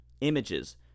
images